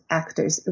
actors